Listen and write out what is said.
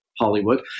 Hollywood